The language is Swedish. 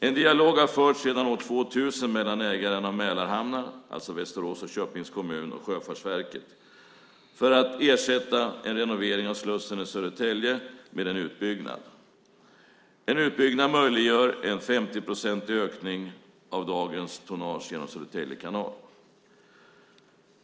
En dialog har sedan år 2000 förts mellan ägarna av Mälarhamnar, alltså Västerås stad och Köpings kommun, och Sjöfartsverket för att ersätta en renovering av slussen i Södertälje med en utbyggnad. En utbyggnad möjliggör en 50-procentig ökning av dagens tonnage genom Södertälje kanal.